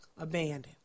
abandoned